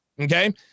Okay